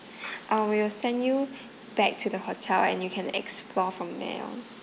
uh we will send you back to the hotel and you can explore from there on